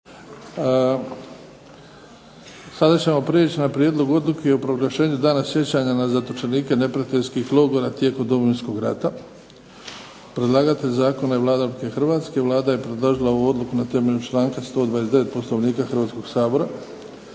Sada ćemo prijeći na - Prijedlog odluke o proglašenju „Dana sjećanja na zatočenike neprijateljskih logora tijekom Domovinskog rata“. Predlagatelj zakona je Vlada Republike Hrvatske, vlada je predložila ovu Odluku na temelju članka 129. Poslovnika Hrvatskog sabora.